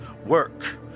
work